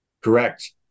Correct